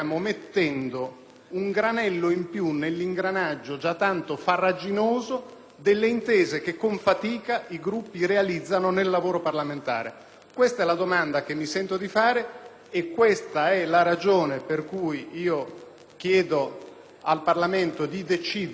un granello in più nell'ingranaggio già tanto farraginoso delle intese che con fatica i Gruppi realizzano nel lavoro parlamentare. Questa è la domanda che mi sento di fare e questa è la ragione per cui chiedo al Parlamento di decidere oggi